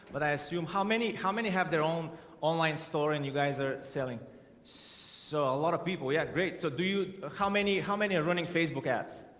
but i assume how many how many have their own online store? and you guys are selling so a lot of people yeah great. so do you ah how many how many are running facebook ads?